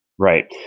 Right